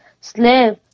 slave